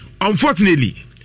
Unfortunately